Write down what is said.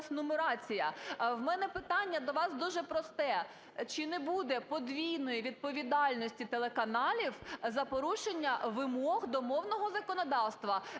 В мене питання до вас дуже просте. Чи не буде подвійної відповідальності телеканалів за порушення вимог до мовного законодавства?